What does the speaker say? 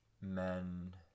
men